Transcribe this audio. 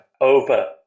over